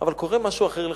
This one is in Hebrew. אבל קורה משהו אחר לחלוטין,